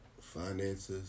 finances